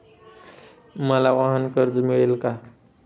मला वाहनकर्ज मिळेल का?